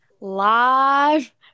Live